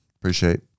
Appreciate